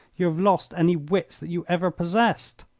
you have lost any wits that you ever possessed.